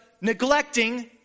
neglecting